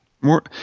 more